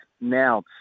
now